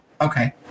okay